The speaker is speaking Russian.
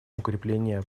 укрепление